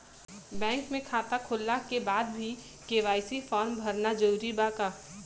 Bank में खाता होला के बाद भी के.वाइ.सी फार्म भरल जरूरी बा का?